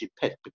pet